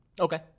Okay